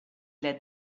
led